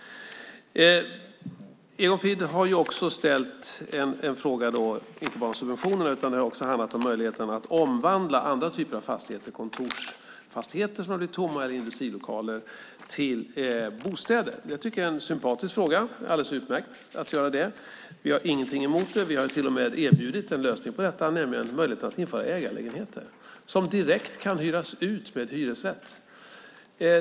Egon Frid har också ställt en fråga om möjligheten att omvandla andra typer av fastigheter, kontorsfastigheter som har blivit tomma eller industrilokaler, till bostäder. Det tycker jag är en sympatisk fråga. Det är alldeles utmärkt att göra det. Vi har ingenting emot det. Vi har till och med erbjudit en lösning på detta, nämligen möjligheten att införa ägarlägenheter som direkt kan hyras ut med hyresrätt.